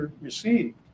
received